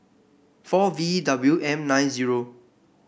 four V W M nine zero